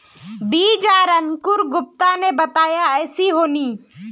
बीज आर अंकूर गुप्ता ने बताया ऐसी होनी?